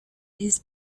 his